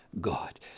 God